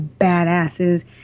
badasses